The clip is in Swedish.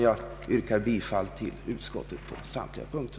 Jag yrkar bifall till utskottets hemställan på samtliga punkter.